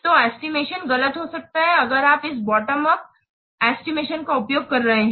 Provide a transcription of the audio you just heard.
तो एस्टिमेशन गलत हो सकता है अगर आप इस बॉटम उप एस्टिमेशन का उपयोग कर रहे हैं